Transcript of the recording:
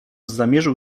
zamierzył